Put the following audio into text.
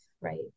right